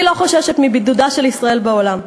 אני לא חוששת מבידודה של ישראל בעולם.